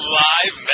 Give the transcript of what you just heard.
live